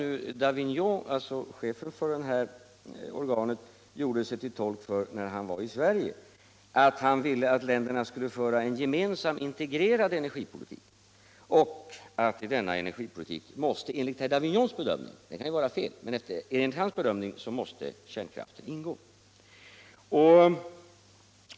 Ett grundkrav som chefen för det här organet, herr Davignon, gjorde sig till tolk för när han var i Sverige var att länderna skulle föra en gemensam integrerad energipolitik, och enligt hans bedömning måste kärnkraften ingå i denna energipolitik — men den bedömningen kan ju vara fel.